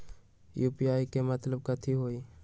UPI के मतलब कथी होई?